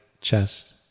chest